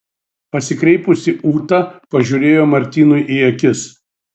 pasikreipusi ūta pažiūrėjo martynui į akis